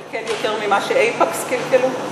שאי-אפשר לקלקל יותר ממה ש"אייפקס" קלקלו?